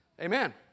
Amen